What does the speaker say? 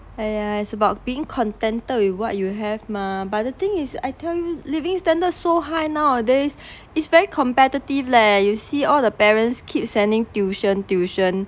!aiya! it's about being contented with what you have mah but the thing is I tell you living standards so high nowadays it's very competitive leh you see all the parents keep sending tuition tuition